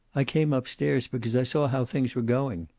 i came up-stairs because i saw how things were going.